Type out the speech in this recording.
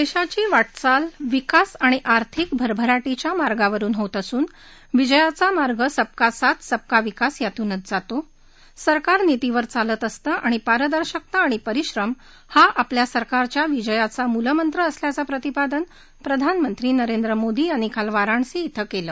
देशाची वा क्राल विकास आणि आर्थिक वाढीच्या मार्गावरुन होत असून विजयाचा मार्ग सबका साथ सबका विकास यातूनच जातो सरकार नीतीवर चालत असतं आणि पारदर्शकता आणि परिश्रम हा आपल्या सरकारच्या विजयाचा मूलमंत्र असल्याचं प्रतिपादन प्रधानमंत्री नरेंद्र मोदी यांनी काल वाराणसी इथं केलं